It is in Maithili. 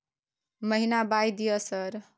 महीना बाय दिय सर?